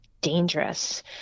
dangerous